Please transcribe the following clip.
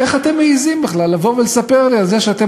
איך אתם מעזים בכלל לבוא ולספר לי על זה שאתם